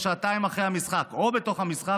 או שעתיים אחרי המשחק או בתוך המשחק,